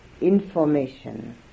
information